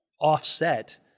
offset